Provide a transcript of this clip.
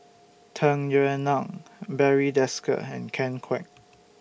Tung Yue Nang Barry Desker and Ken Kwek